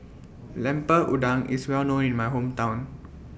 Lemper Udang IS Well known in My Hometown